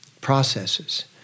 processes